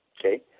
okay